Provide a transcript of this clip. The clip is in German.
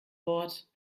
wort